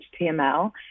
HTML